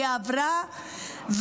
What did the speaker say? והיא עברה,